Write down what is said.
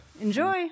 Enjoy